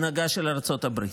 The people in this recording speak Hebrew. ההנהגה של ארצות הברית.